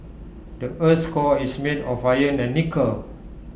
the Earth's core is made of iron and nickel